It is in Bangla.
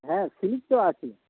হ্যাঁ স্লিপ তো আছে